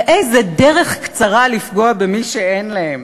ואיזו דרך קצרה לפגוע במי שאין להם.